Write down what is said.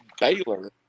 Baylor